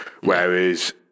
Whereas